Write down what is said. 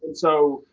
so,